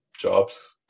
jobs